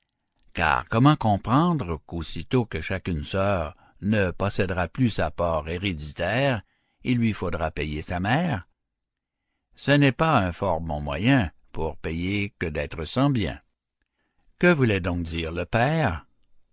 car comment comprendre qu'aussitôt que chacune sœur ne possédera plus sa part héréditaire il lui faudra payer sa mère ce n'est pas un fort bon moyen pour payer que d'être sans bien que voulait donc dire le père